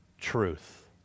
truth